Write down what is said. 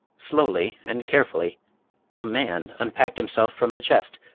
slowly and carefully a man unpacked himself from the chest,